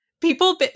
People